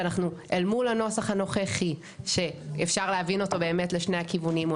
שאנחנו אל מול הנוסח הנוכחי שאפשר להבין אותו באמת לשני הכיוונים,